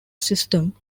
system